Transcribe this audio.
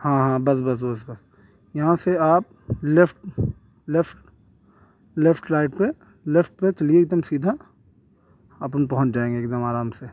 ہاں ہاں بس بس بس بس یہاں سے آپ لیفٹ لیفٹ لیفٹ رائٹ پہ لیفٹ پہ چلیے ایک دم سیدھا آپن پہنچ جائیں گے ایکدم آرام سے